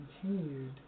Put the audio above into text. continued